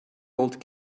old